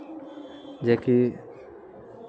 जेकि